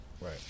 Right